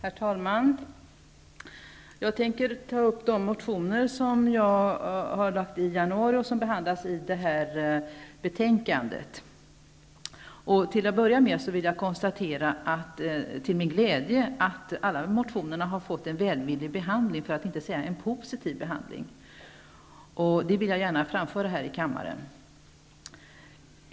Herr talman! Jag tänker ta upp de motioner som jag lade i januari och som behandlas i det här betänkandet. Till att börja med konstaterar jag till min glädje att alla motionerna har fått en välvillig för att inte säga positiv behandling. Det vill jag gärna framföra här i kammaren.